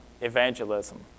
evangelism